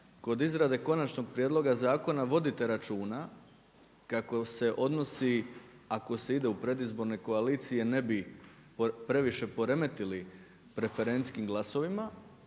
kod izrade konačnog prijedloga zakona vodite računa kako se odnosi, ako se ide u predizborne koalicije ne bi previše poremetili preferencijskim glasovima.